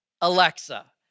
Alexa